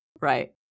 Right